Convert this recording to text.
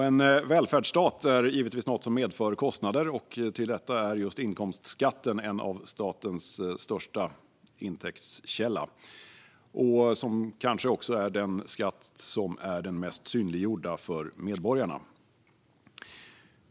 En välfärdsstat är givetvis något som medför kostnader, och just inkomstskatten är en av statens största intäktskällor och kanske också den skatt som är den mest synliggjorda för medborgarna.